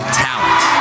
talent